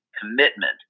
commitment